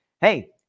Hey